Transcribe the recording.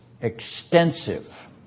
extensive